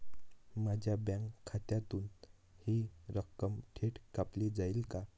माझ्या बँक खात्यातून हि रक्कम थेट कापली जाईल का?